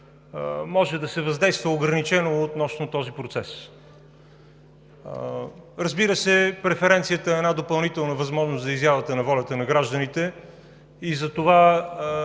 може да се въздейства ограничено относно този процес. Разбира се, преференцията е допълнителна възможност за изява волята на гражданите и затова